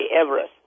Everest